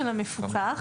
המפוקח,